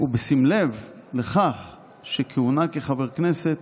ובשים לב לכך שכהונה כחבר כנסת